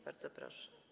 Bardzo proszę.